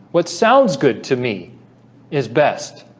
what sounds good to me is best